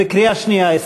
בקריאה שנייה,